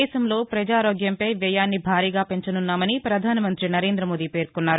దేశంలో పజారోగ్యంపై వ్యయాన్ని భారీగా పెంచనున్నామని పధాన మంతి నరేందమోదీ పేర్కొన్నారు